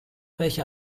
welche